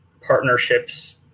partnerships